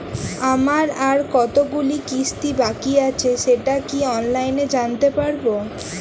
আমার আর কতগুলি কিস্তি বাকী আছে সেটা কি অনলাইনে জানতে পারব?